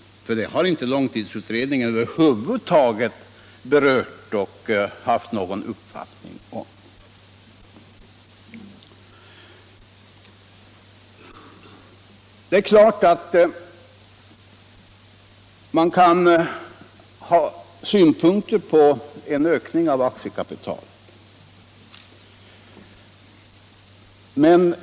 Den har utredningen över huvud taget inte berört eller haft någon uppfattning om. Det är klart att man kan ha synpunkter på en ökning av aktiekapitalet.